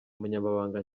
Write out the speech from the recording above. umunyamabanga